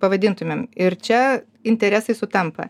pavadintumėm ir čia interesai sutampa